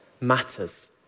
matters